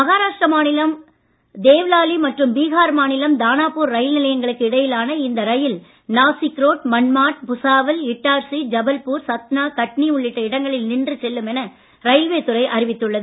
மஹாராஷ்டிர மாநிலம் தேவ்லாலி மற்றும் பீஹார் மாநிலம் தானாபூர் ரயில் நிலையங்களுக்கு இடையிலான இந்த ரயில் நாசிக் ரோட் மன்மாட் புசாவல் இட்டார்சி ஜபல்பூர் சத்னா கட்னி உள்ளிட்ட இடங்களில் நின்று செல்லும் என ரயில்வே துறை அறிவித்துள்ளது